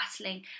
battling